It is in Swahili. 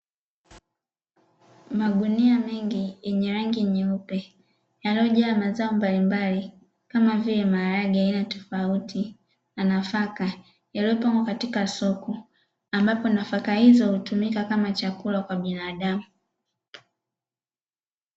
Magunia mengi yenye rangi nyeupe yanayojaa mazao mbalimbali kama vile maharage ya aina tofauti na nafaka yaliyopangwa katika soko, ambapo nafaka hizo hutumika kama chakula kwa binadamu.